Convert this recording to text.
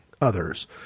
others